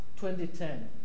2010